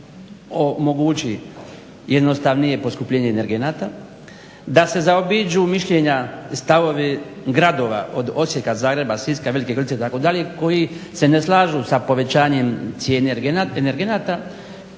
da se omogući jednostavnije poskupljenje energenata, da se zaobiđu mišljenja i stavovi gradova od Osijeka, Zagreba, Velike gorice itd. koji se ne slažu sa povećanjem cijene energenata